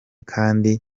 kandi